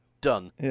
Done